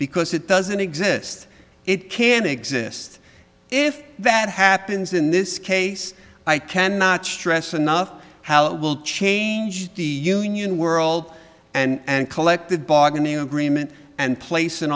because it doesn't exist it can exist if that happens in this case i cannot stress enough how it will change the union world and collective bargaining agreement and place i